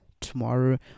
tomorrow